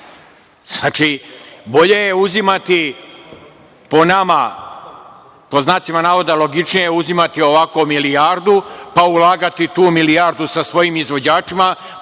rekli. Znači, bolje je uzimati, po nama, pod znacima navoda, logičnije je uzimati ovako milijardu, pa ulagati tu milijardu sa svojim izvođačima,